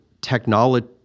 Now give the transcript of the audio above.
technology